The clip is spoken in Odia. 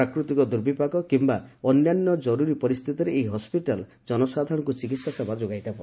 ପ୍ରାକୃତିକ ଦୁର୍ବିପାକ କିମ୍ବା ଅନ୍ୟାନ୍ୟ ଜର୍ରୀ ପରିସ୍ଥିତିରେ ଏହି ହସ୍କିଟାଲ ଜନସାଧାରଣଙ୍କୁ ଚିକିତ୍ସା ସେବା ଯୋଗାଇ ଦେବ